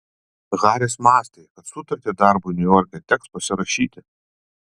haris mąstė kad sutartį darbui niujorke teks pasirašyti